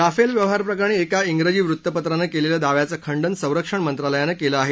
Rafale व्यवहार प्रकरणी एका इंग्रजी वृत्तपत्रानं केलेल्या दाव्यांचं खंडन संरक्षण मंत्रालयानं केलं आहे